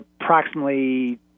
approximately